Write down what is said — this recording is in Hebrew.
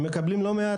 הם מקבלים לא מעט,